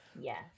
Yes